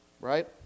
Right